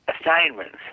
assignments